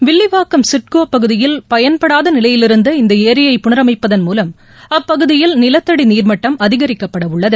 வில்லிவாக்கம் சிட்கோ பகுதியில் பயன்படாத நிலையில் இருந்த இந்த ஏரியை புனரமைப்பதன் மூலம் அப்பகுதியில் நிலத்தடி நீர் மட்டம் அதிகரிக்கப்பட உள்ளது